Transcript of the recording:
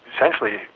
essentially